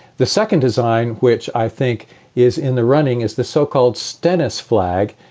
the second design, which i think is in the running, is the so-called stennis flag,